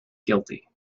guilty